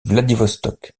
vladivostok